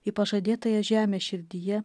į pažadėtąją žemę širdyje